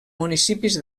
municipis